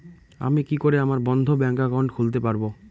আমি কি করে আমার বন্ধ ব্যাংক একাউন্ট খুলতে পারবো?